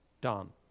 done